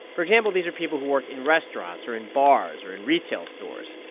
for example, these are people who work in restaurants or in bars or in retail stores.